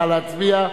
נא להצביע.